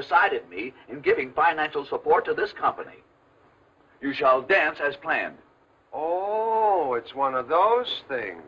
decided in giving financial support to this company you shall dance as planned it's one of those things